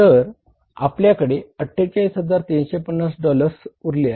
तर आपल्याकडे 48350 डॉलर्स उरले आहे